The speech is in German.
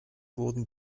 wurden